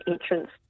entrance